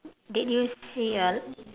did you see a